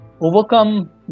overcome